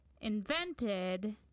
invented